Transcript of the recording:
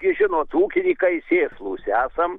gi žinot ūkininkai sėslūs esam